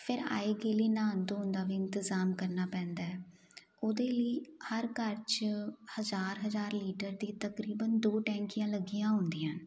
ਫਿਰ ਆਏ ਗਏ ਲਈ ਨਹਾਉਣ ਧੋਣ ਦਾ ਵੀ ਇੰਤਜ਼ਾਮ ਕਰਨਾ ਪੈਂਦਾ ਉਹਦੇ ਲਈ ਹਰ ਘਰ 'ਚ ਹਜ਼ਾਰ ਹਜ਼ਾਰ ਲੀਟਰ ਦੀ ਤਕਰੀਬਨ ਦੋ ਟੈਂਕੀਆਂ ਲੱਗੀਆਂ ਹੁੰਦੀਆਂ